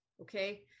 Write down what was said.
okay